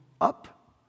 up